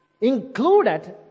included